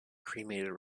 cremated